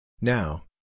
Now